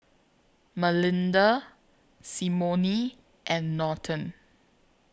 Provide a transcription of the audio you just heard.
Malinda Symone and Norton